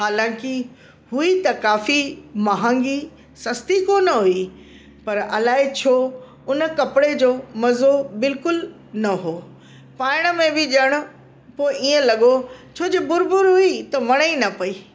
हालांकि हुई त काफी महांगी सस्ती कोन्ह हुई पर अलाइ छो उन कपिड़े जो मज़ो बिलकुल न हो पाइण में बि ॼण पोइ ईअं लॻो छो जो बुर बुर हुई त वणे ई न पई